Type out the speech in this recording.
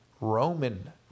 Roman